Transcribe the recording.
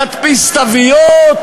את החקלאות ואת